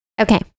Okay